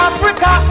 Africa